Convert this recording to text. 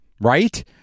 Right